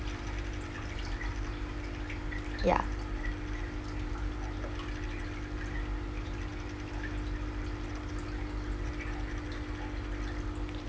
ya